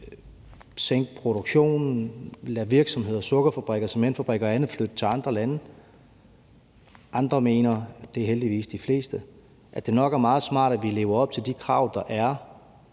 sænke produktionen, lade virksomheder, sukkerfabrikker, cementfabrikker og andet flytte til andre lande; andre mener – og det er heldigvis de fleste – at det nok er meget smart, at vi lever op til de krav, der er